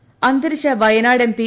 ട് അന്തരിച്ച വയനാട് എപ്പി